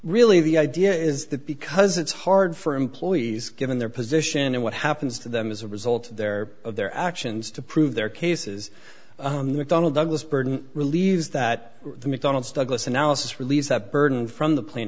really the idea is that because it's hard for employees given their position and what happens to them as a result of their of their actions to prove their cases mcdonnell douglas burton relieves that mcdonald's douglas analysis release that burden from the pla